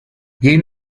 gehen